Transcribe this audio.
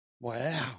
Wow